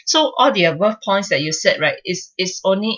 so all the are rough points that you said right is is only